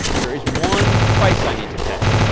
there is one price i need to pay.